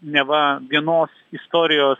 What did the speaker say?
neva vienos istorijos